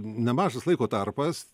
nemažas laiko tarpas